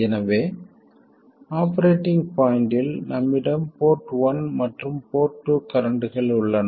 எனவே ஆப்பரேட்டிங் பாயிண்ட்டில் நம்மிடம் போர்ட் ஒன் மற்றும் போர்ட் டூ கரண்ட்கள் உள்ளன